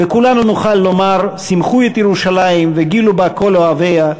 וכולנו נוכל לומר: שמחו את ירושלים וגילו בה כל אוהביה,